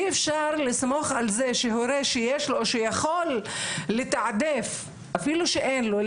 אי אפשר לסמוך על זה שהורה שיכול לתעדף אפילו שאין לו,